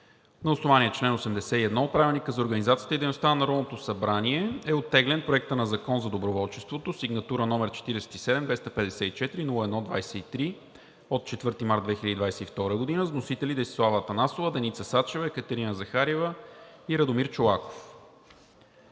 На основание чл. 81 от Правилника за организацията и дейността на Народното събрание е оттеглен Проектът на закон за доброволчеството, сигнатура № 47-254-01-23, от 4 март 2022 г. с вносители Десислава Атанасова, Деница Сачева, Екатерина Захариева и Радомир Чолаков.